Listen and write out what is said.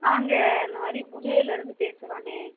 நாங்கள் இந்த மாதிரி புதுவையிலேருந்து பேசுகிறோண்ணே